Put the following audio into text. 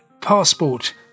passport